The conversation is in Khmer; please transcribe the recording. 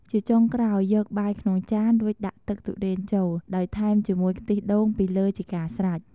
ជាចុងក្រោយ យកបាយក្នុងចានរួចដាក់ទឹកទុរេនចូល ដោយថែមជាមួយខ្ទិះដូងពីលើជាការស្រេច។